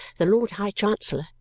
the lord high chancellor,